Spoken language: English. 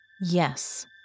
Yes